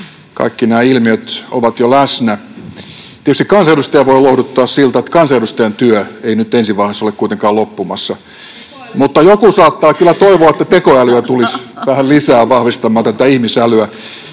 Kaikki nämä ilmiöt ovat jo läsnä. Tietysti kansanedustaja voi lohduttautua sillä, että kansanedustajan työ ei nyt ensi vaiheessa ole kuitenkaan loppumassa. [Hanna Sarkkinen: Teko-äly!] — Mutta joku saattaa kyllä toivoa, että tekoälyä tulisi vähän lisää vahvistamaan tätä ihmisälyä.